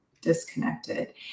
disconnected